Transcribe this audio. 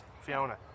Fiona